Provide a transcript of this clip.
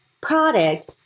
product